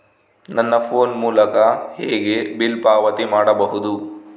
ನನ್ನ ಫೋನ್ ಮೂಲಕ ಹೇಗೆ ಬಿಲ್ ಪಾವತಿ ಮಾಡಬಹುದು?